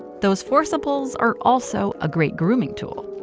those forciples are also a great grooming tool.